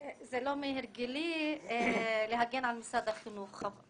זה לא מהרגלי להגן על משרד החינוך.